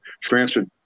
transferred